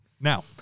Now